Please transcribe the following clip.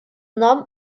нам